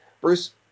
Bruce